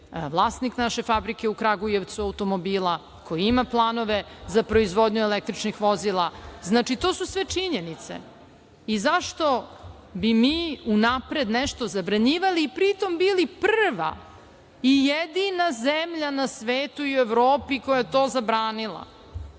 vlasnik naše fabrike automobila u Kragujevcu, koji ima planove za proizvodnju električnih vozila. To su sve činjenice. I zašto bi mi unapred nešto zabranjivali i pritom bili prva i jedina zemlja na svetu i u Evropi koja je to zabranila?